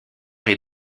est